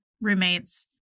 roommates